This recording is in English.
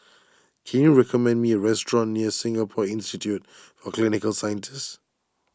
can you recommend me a restaurant near Singapore Institute for Clinical Sciences